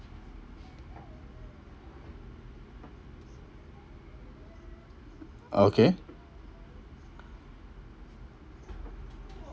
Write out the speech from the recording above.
okay